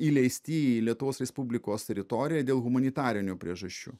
įleisti į lietuvos respublikos teritoriją dėl humanitarinių priežasčių